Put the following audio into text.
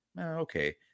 okay